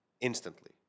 instantly